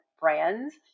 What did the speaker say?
brands